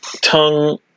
tongue